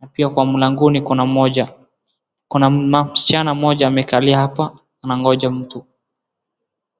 na pia kwa mlangoni kuna mmoja. Kuna msichana mmoja amekalia hapa anangoja mtu.